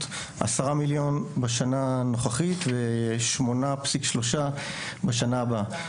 10 מיליון בשנה הנוכחית ו-8.3 מיליון בשנה הבאה.